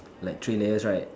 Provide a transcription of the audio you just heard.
like three layers right